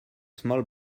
small